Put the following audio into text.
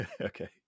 Okay